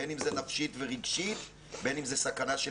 בין אם זה נפשית ורגשית ובין אם זו סכנה של